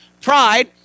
pride